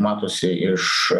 matosi iš